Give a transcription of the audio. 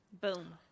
Boom